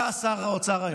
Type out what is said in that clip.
אתה שר האוצר היום.